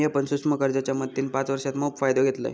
मिया पण सूक्ष्म कर्जाच्या मदतीन पाच वर्षांत मोप फायदो घेतलंय